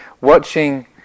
watching